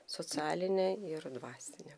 socialinei ir dvasinė